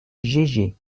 gégé